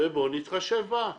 ובואו נתחשב בה.